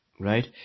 right